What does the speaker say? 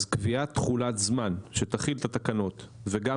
אז קביעת תחולת זמן שתכיל את התקנות וגם